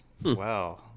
wow